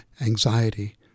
anxiety